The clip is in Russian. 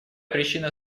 причина